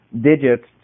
digits